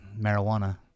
marijuana